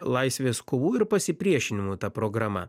laisvės kovų ir pasipriešinimų ta programa